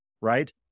right